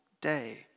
day